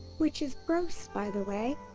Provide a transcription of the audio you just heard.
which is gross, by the way.